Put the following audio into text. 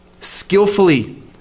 skillfully